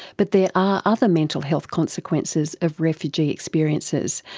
but there ah other mental health consequences of refugee experiences,